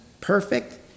perfect